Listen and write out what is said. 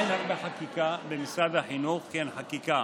אין הרבה חקיקה במשרד החינוך, כי אין חקיקה.